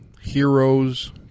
heroes